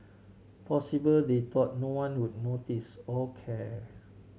possibly they thought no one would notice or care